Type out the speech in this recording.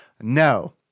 no